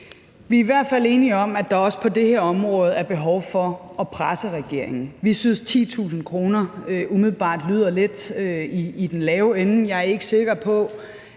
Vi er i hvert fald enige om, at der også på det her område er behov for at presse regeringen. Vi synes, 10.000 kr. umiddelbart lyder lidt i den lave ende. Jeg er ikke sikker på,